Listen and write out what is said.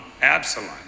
Absalom